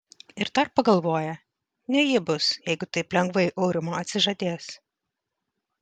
ir dar pagalvoja ne ji bus jeigu taip lengvai aurimo atsižadės